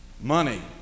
money